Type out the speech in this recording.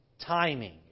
timing